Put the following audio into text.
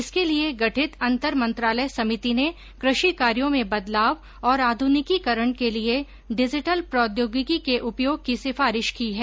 इसके लिए गठित अंतरमंत्रालय समिति ने कृषि कार्यों में बदलाव और आध्निकीकरण के लिए डिजिटल प्रौद्योगिकी के उपयोग की सिफारिश की है